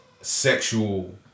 sexual